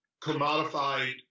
commodified